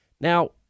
Now